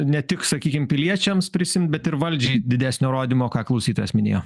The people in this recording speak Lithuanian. ne tik sakykim piliečiams prisiimt bet ir valdžiai didesnio rodymo ką klausytojas minėjo